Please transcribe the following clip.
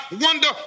wonder